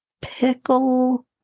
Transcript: pickle